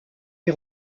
est